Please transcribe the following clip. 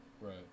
right